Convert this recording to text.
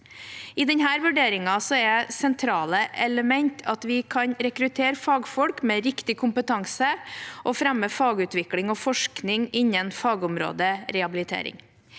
I denne vurderingen er sentrale elementer at man kan rekruttere fagfolk med riktig kompetanse og fremme fagutvikling og forskning innen fagområdet rehabilitering.